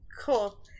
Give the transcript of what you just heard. Cool